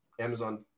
Amazon